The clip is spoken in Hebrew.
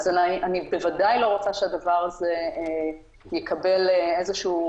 אני בוודאי לא רוצה שהדבר הזה יקבל איזושהי